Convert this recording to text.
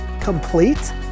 complete